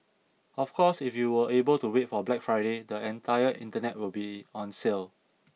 of course if you are able to wait for Black Friday the entire internet will be on sale